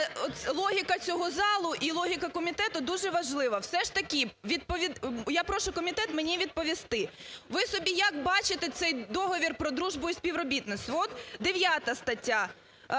логіка цього залу і логіка комітету дуже важлива. Все ж таки… я прошу комітет мені відповісти, ви собі як бачите цей договорів про дружбу і співробітництво?